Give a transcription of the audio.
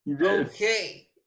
Okay